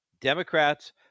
Democrats